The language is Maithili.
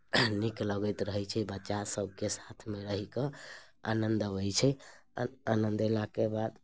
नीक लगैत रहैत छै बच्चासभके साथमे रहि कऽ आनन्द अबैत छै आ आनन्द अयलाके बाद